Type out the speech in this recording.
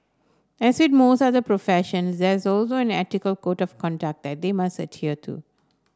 as with most other profession there is also an ethical code of conduct that they must adhere to